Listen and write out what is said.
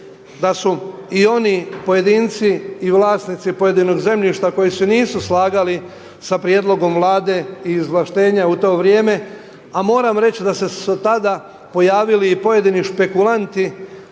da su i oni pojedinci i vlasnici pojedinog zemljišta koji se nisu slagali sa prijedlogom vlada i izvlaštenja u to vrijeme, a moram reći da su se tada pojavili i pojedini špekulanti,